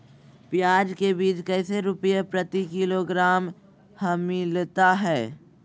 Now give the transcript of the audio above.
प्याज के बीज कैसे रुपए प्रति किलोग्राम हमिलता हैं?